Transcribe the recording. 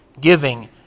Giving